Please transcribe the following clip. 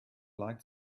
light